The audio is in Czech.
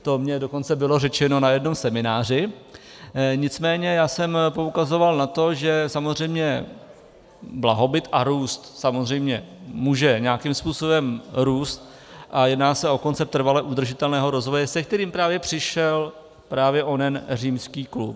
To mi dokonce bylo řečeno na jednom semináři, nicméně já jsem poukazoval na to, že samozřejmě blahobyt a růst může nějakým způsobem růst a jedná se o koncept trvale udržitelného rozvoje, se kterým právě přišel onen Římský klub.